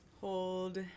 hold